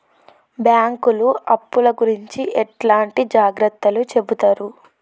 బ్యాంకులు అప్పుల గురించి ఎట్లాంటి జాగ్రత్తలు చెబుతరు?